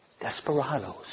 desperados